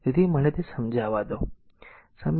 તેથી મને તેને સમજાવા દો